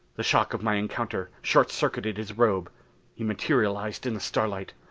the shock of my encounter, short-circuited his robe he materialized in the starlight.